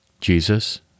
Jesus